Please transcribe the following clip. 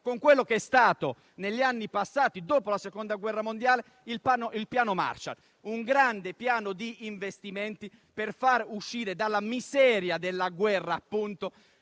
e quello che è stato negli anni passati, dopo la Seconda guerra mondiale, il Piano Marshall, ossia un grande piano di investimenti per far uscire dalla miseria della guerra - appunto